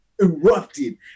erupted